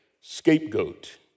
scapegoat